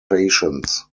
patients